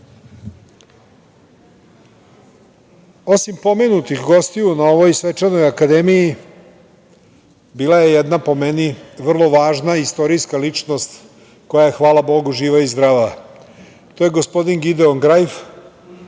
pomenutih gostiju na ovoj svečanoj Akademiji bila je jedna, po meni vrlo važna istorijska ličnost koja je, hvala Bogu, živa i zdrava. To je gospodin Gideon Grajf,